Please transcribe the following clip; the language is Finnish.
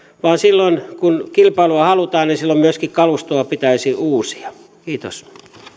vaan silloin kun kilpailua halutaan myöskin kalustoa pitäisi uusia kiitos